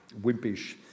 wimpish